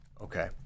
Okay